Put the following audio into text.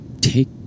take